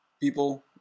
people